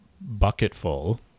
bucketful